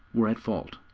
were at fault.